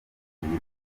tubiri